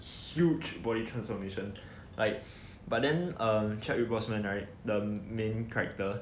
huge body transformation like but then a check with right the main character